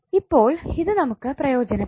ഇപ്പോൾ ഇത് നമുക്ക് പ്രയോജനപ്പെടുത്താം